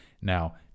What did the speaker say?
Now